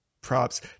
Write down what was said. props